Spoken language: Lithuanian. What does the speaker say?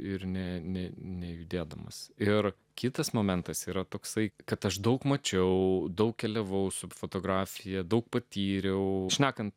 ir ne ne nejudėdamas ir kitas momentas yra toksai kad aš daug mačiau daug keliavau su fotografija daug patyriau šnekant